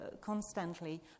constantly